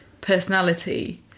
personality